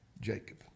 Jacob